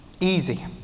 easy